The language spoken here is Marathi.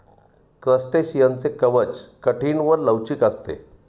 क्रस्टेशियनचे कवच कठीण व लवचिक असते